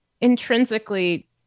intrinsically